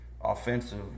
offensive